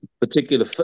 particular